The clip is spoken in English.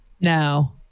No